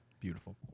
Beautiful